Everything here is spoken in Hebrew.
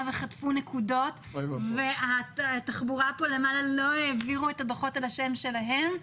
וחטפו נקודות והתחבורה כאן למעלה לא העבירה את הדוחות על השם שלהם,